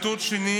הציטוט השני,